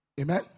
Amen